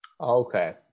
Okay